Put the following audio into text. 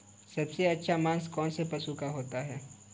सबसे अच्छा मांस कौनसे पशु का होता है?